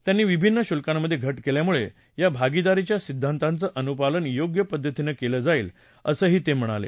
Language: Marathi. त्यांनी विभिन्न शुल्कांमधे घट केल्यामुळे या भागिदारीच्या सिद्धांतांचं अनुपालन योग्य पद्धतीनं केलं जाईल असं ते म्हणाले